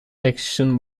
action